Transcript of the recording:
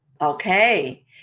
Okay